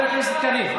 חבר הכנסת קריב.